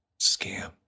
scam